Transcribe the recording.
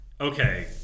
Okay